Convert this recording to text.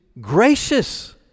gracious